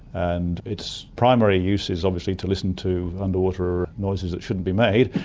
and its primary use is obviously to listen to underwater noises that shouldn't be made,